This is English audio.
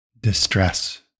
distress